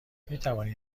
میتوانید